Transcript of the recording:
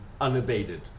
unabated